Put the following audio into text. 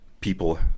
people